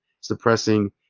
suppressing